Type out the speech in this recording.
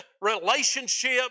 relationship